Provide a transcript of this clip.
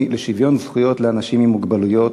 לשוויון זכויות לאנשים עם מוגבלויות,